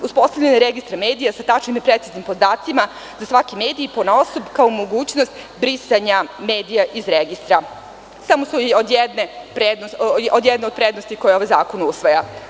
Uspostavljanje registra medija sa tačnim i preciznim podacima, za svaki medij ponaosob, kao mogućnost brisanja medija iz registra, samo su jedna od prednosti koje ovaj zakon usvaja.